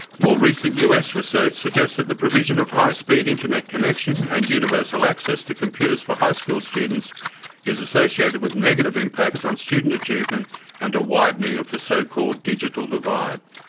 more recent us research suggests that the provision of high speed internet connection and universal access to computers for high school students is associated with negative impacts on student achievement and a widening of the so-called digital divide.